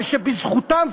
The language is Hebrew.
ובזכותם,